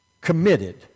committed